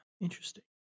interesting